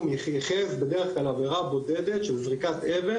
ייחס בדרך כלל עבירה בודדת של זריקת אבן,